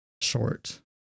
short